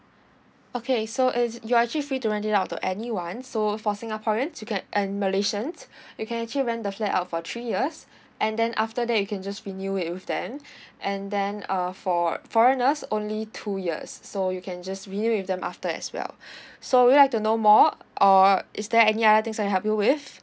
okay so is you are actually free to rent it out to anyone so for singaporeans you can and malaysians you can actually rent the flat out for three years and then after that you can just renew it with them and then uh for foreigners only two years so you can just renew with them after as well so would you like to know more or is there any other things I can help you with